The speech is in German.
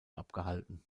abgehalten